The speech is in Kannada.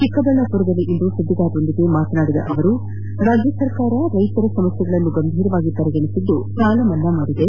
ಚಿಕ್ಕಬಳ್ಳಾಪುರದಲ್ಲಿಂದು ಸುದ್ದಿಗಾರರೊಂದಿಗೆ ಮಾತನಾಡಿದ ಅವರು ರಾಜ್ಯ ಸರ್ಕಾರ ರೈತರ ಸಮಸ್ಥೆಗಳನ್ನು ಗಂಭೀರವಾಗಿ ಪರಿಗಣಿಸಿ ಸಾಲ ಮನ್ನಾ ಮಾಡಿದೆ